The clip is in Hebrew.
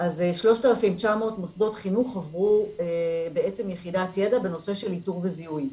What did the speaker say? אז 3,900 מוסדות חינוך עברו בעצם יחידת ידע בנושא של איתור וזיהוי.